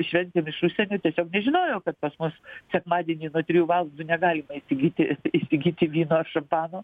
šventėm iš užsienio tiesiog nežinojo kad pas mus sekmadienį nuo trijų valandų negalima įsigyti įsigyti vyno šampano